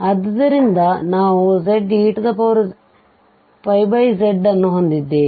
ಆದ್ದರಿಂದ ನಾವು zezಅನ್ನು ಹೊಂದಿದ್ದೇವೆ